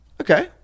okay